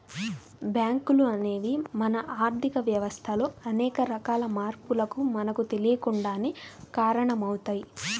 బ్యేంకులు అనేవి మన ఆర్ధిక వ్యవస్థలో అనేక రకాల మార్పులకు మనకు తెలియకుండానే కారణమవుతయ్